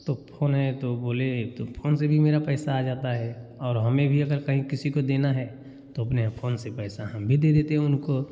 तो फोन है तो बोले तो फोन से भी मेरा पैसा आ जाता है और हमें भी अगर कहीं किसी को देना है तो अपने फ़ोन से पैसा हम भी दे देते हैं उनको